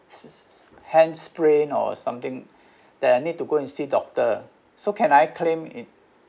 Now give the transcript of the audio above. hand sprain or something that I need to go and see doctor so can I claim it